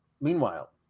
Meanwhile